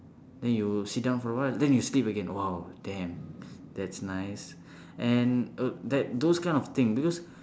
then you sit down for a while then you sleep again !wow! damn that's nice and err that those kind of thing because